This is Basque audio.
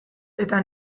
eta